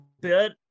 bit